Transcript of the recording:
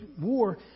war